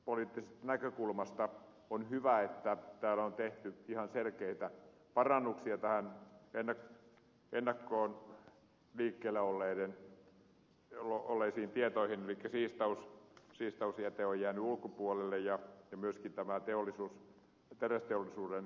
elinkeinopoliittisesta näkökulmasta on hyvä että täällä on tehty ihan selkeitä parannuksia ennakkoon liikkeellä olleisiin tietoihin elikkä siistausjäte on jäänyt tämän ulkopuolelle ja myöskin terästeollisuuden tuhka